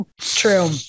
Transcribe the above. True